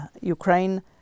Ukraine